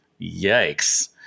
Yikes